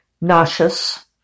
Nauseous